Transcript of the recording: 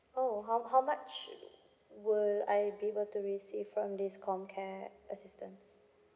oh how how much will I be able to receive from this comcare assistance